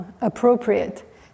appropriate